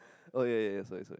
oh ya ya ya sorry sorry